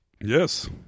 Yes